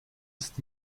ist